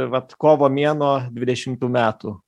vat kovo mėnuo dvidešimų metų